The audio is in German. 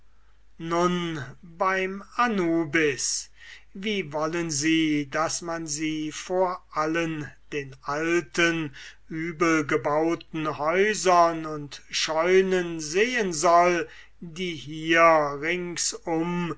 je beim anubis wie wollen sie daß man sie vor allen den alten übelgebauten häusern und scheunen sehen soll die hier ringsum